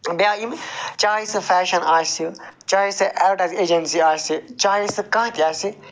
بیٚیہِ اے یِمہٕ چاہیے سُہ فٮ۪شسن آسہِ چاہیے سُہ اٮ۪ڈوٹایزِنٛگ ایٚجنسی آسہِ چاہیے سٕہ کانٛہہ تہِ آسہِ